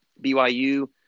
BYU